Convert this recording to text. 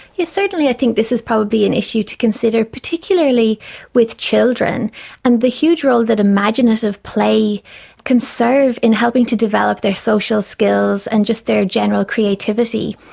yes, certainly i think this is probably an issue to consider, particularly with children and the huge role that imaginative play can serve in helping to develop their social skills and just their general creativity.